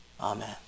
Amen